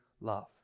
love